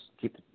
Keep